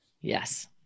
Yes